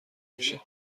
میشه